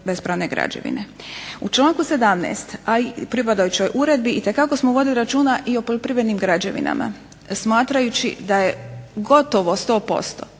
U članku 17., a i pripadajućoj uredbi, itekako smo vodili računa i o poljoprivrednim građevinama smatrajući da je gotovo 100%,